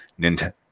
Nintendo